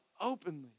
Openly